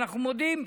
אנחנו מודים,